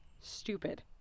stupid